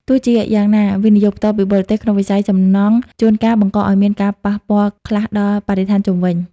ទោះជាយ៉ាងណា វិនិយោគផ្ទាល់ពីបរទេស ក្នុងវិស័យសំណង់ជួនកាលបង្កឱ្យមានការប៉ះពាល់ខ្លះដល់បរិស្ថានជុំវិញ។